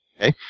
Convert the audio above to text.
okay